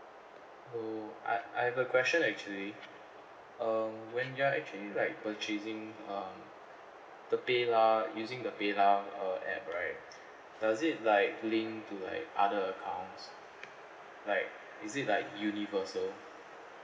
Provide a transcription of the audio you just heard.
so I I have a question actually um when you are actually like purchasing uh the PayLah using the PayLah uh app right does it like link to like other accounts like is it like universal